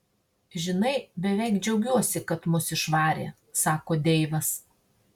žinai beveik džiaugiuosi kad mus išvarė sako deivas